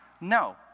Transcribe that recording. No